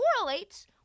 correlates